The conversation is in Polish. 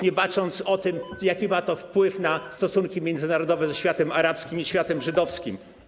Nie mówiąc już o tym, jaki ma to wpływ na stosunki międzynarodowe ze światem arabskim i światem żydowskim.